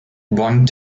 bond